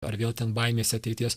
ar vėl ten baimės ateities